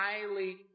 highly